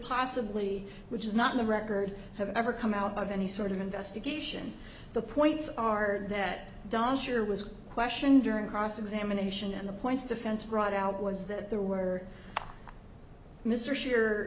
possibly which is not the record have ever come out of any sort of investigation the points are that darn sure was a question during cross examination and the points defense brought out was that there were mr s